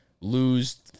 lose